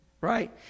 right